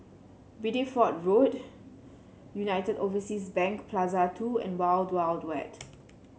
Bideford Road United Overseas Bank Plaza Two and Wild Wild Wet